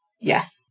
yes